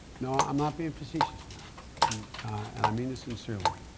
no, i'm not being facetious now and, and i mean this sincerely.